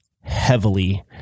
heavily